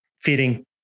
feeding